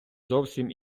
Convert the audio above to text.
зовсім